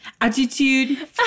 Attitude